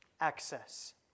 Access